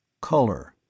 Color